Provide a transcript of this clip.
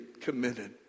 committed